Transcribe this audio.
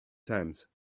times